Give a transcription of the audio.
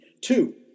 Two